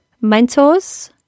mentors